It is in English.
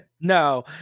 no